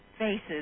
Faces